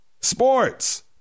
sports